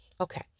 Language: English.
Okay